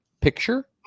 picture